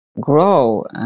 grow